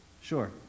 sure